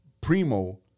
primo